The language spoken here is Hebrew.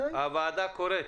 הוועדה קוראת